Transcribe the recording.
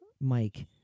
Mike